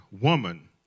Woman